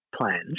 Plans